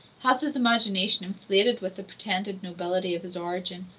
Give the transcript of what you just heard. has his imagination inflated with the pretended nobility of his origin,